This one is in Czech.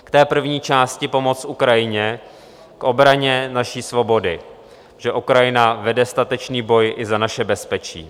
V té první části pomoc Ukrajině k obraně naší svobody, protože Ukrajina vede statečný boj i za naše bezpečí.